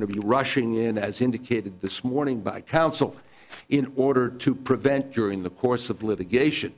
to be rushing in as indicated this morning by counsel in order to prevent during the course of litigation